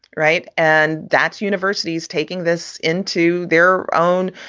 right. and that's universities taking this into their own,